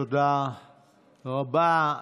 תודה רבה.